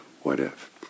what-if